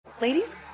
Ladies